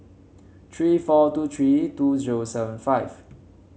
three four two three two zero seven five